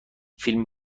فیلم